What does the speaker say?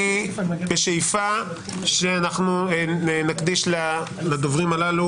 אני בשאיפה שאנחנו נקדיש לדוברים הללו